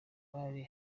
abari